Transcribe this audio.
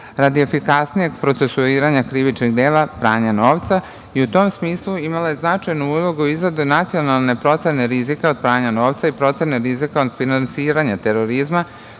radi efikasnijeg procesuiranja krivičnih dela pranja novca i u tom smislu imala je značajnu ulogu u izradi nacionalne procene rizika od pranja novca i procene rizika od finansiranja terorizma,